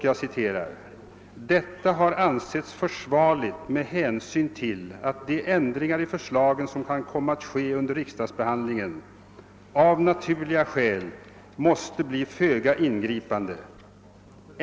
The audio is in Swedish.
Jag citerar: »Detta har ansetts försvarligt med hänsyn till att de ändringar i förslagen som kan komma att ske under riksdagsbehandlingen av naturliga skäl måste bli föga ingripande.